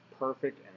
perfect